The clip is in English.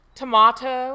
tomato